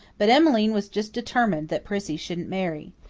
but emmeline was just determined that prissy shouldn't marry.